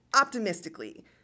optimistically